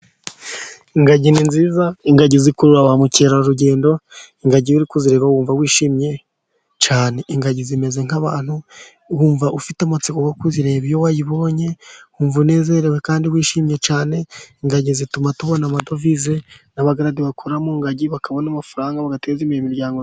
Ingagi ni nziza, Ingagi zikurura ba mukerarugendo, Ingagi iyo urikuzireba wumva wishimye cyane, Ingagi zimeze nk'abantu, wumva ufite amatsiko kuzireba, iyo wayibonye wumva unezerewe kandi wishimye cyane, Ingagi zituma tubona amadovize n' abagaradi bakora mungagi bakabona amafaranga bateza imbere imiryango yabo.